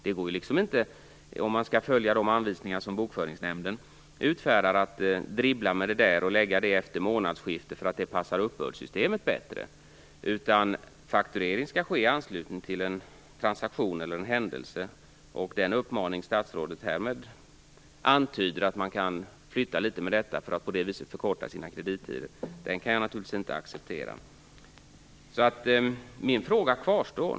Om man skall följa Bokföringsnämndens anvisningar går det inte att dribbla med det och lägga faktureringen efter månadsskiftet för att det passar uppbördssystemet bättre. Fakturering skall ske i anslutning till en transaktion eller en händelse. Den uppmaning som statsrådet härmed ger antyder att man kan flytta litet på faktureringen för att förkorta sina kredittider. Det kan jag naturligtvis inte acceptera. Min fråga kvarstår.